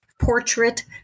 portrait